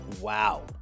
Wow